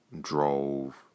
drove